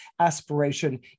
aspiration